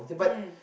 mm